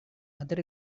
other